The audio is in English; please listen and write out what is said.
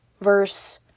verse